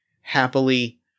happily